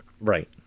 right